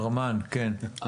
ארמן.